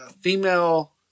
female